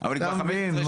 לא מתפזרים.